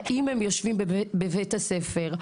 האם הם יושבים בבית הספר?